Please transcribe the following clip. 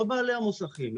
לא בעלי המוסכים,